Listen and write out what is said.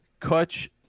Kutch